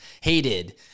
Hated